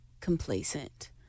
complacent